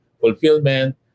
fulfillment